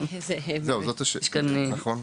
זאת השאלה, נכון.